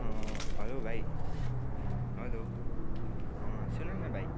hello भाइ hello सुन न भाइ